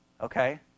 Okay